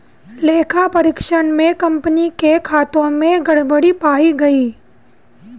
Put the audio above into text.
लेखा परीक्षण में कंपनी के खातों में गड़बड़ी पाई गई